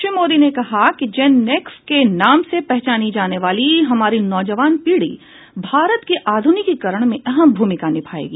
श्री मोदी ने कहा कि जेन नेक्स के नाम से पहचानी जाने वाली हमारी नौजवान पीढ़ी भारत के आध्रनिकीकरण में अहम भूमिका निभाएगी